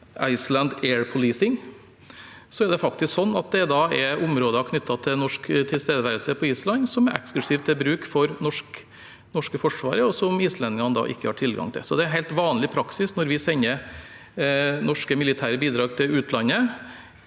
Iceland Air Policing, er det faktisk områder knyttet til norsk tilstedeværelse på Island som er eksklusive til bruk for det norske Forsvaret, og som islendingene da ikke har tilgang til. Det er helt vanlig praksis når vi sender norske militære bidrag til utlandet,